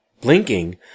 Blinking